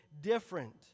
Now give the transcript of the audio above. different